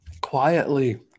quietly